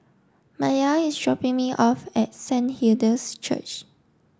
Mya is dropping me off at Saint Hilda's Church